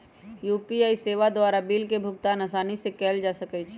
UPI सेवा द्वारा bill के भुगतान असानी से कएल जा सकइ छै